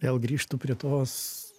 vėl grįžtu prie tos